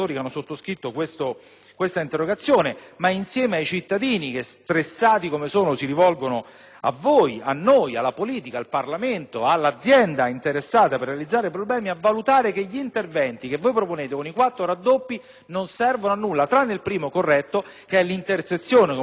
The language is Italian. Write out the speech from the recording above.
questa interrogazione, insieme ai cittadini che, stressati come sono, si rivolgono a voi, a noi, alla politica, al Parlamento e all'azienda interessata per analizzare i problemi, la invitiamo a valutare che gli interventi che voi proponete con i quattro raddoppi non servono a nulla, tranne il primo, corretto, che è l'intersezione, come lei ha spiegato molto bene,